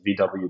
VW